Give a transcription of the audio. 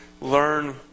learn